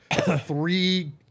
three